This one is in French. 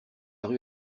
rue